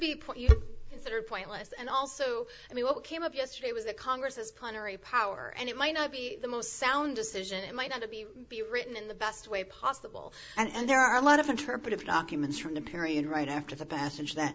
be considered pointless and also i mean what came up yesterday was that congress is plan or a power and it may not be the most sound decision it might not be be written in the best way possible and there are a lot of interpretive documents from the period right after the passage that